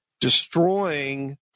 destroying